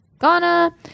Ghana